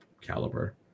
caliber